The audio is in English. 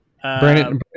Brandon